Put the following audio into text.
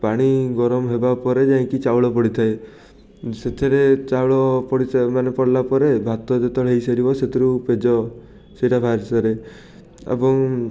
ପାଣି ଗରମ ହେବାପରେ ଯାଇକି ଚାଉଳ ପଡ଼ିଥାଏ ସେଥିରେ ଚାଉଳ ପଡ଼ିଥା ମାନେ ପଡ଼ିଲା ପରେ ଭାତ ଯେତେବେଳେ ହେଇସାରିବ ସେଥିରୁ ପେଜ ସେଇଟା ବାହାରି ସାରେ ଏବଂ